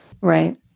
Right